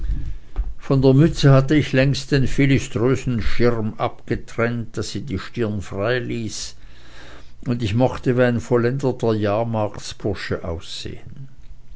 von der mütze hatte ich längst den philiströsen schirm abgetrennt daß sie die stirn frei ließ und ich mochte wie ein vollendeter jahrmarktsbursche aussehen